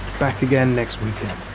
back again next weekend.